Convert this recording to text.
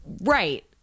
Right